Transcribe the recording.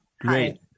Great